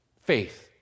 Faith